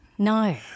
No